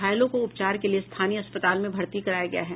घायलों को उपचार के लिए स्थानीय अस्पताल में भर्ती कराया गया है